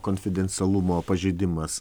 konfidencialumo pažeidimas